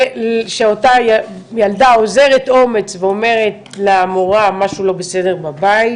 שאותה ילדה אוזרת אומץ ואומרת למורה: משהו לא בסדר בבית,